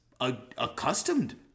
accustomed